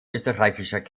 österreichischer